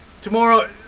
tomorrow